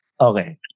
Okay